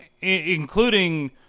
including